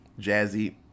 jazzy